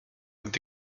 gdy